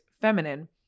feminine